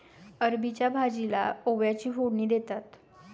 अरबीच्या भाजीला ओव्याची फोडणी देतात